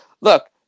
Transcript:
Look